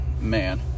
man